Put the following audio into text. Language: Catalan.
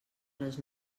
les